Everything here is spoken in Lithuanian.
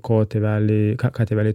ko tėveliai ką tėveliai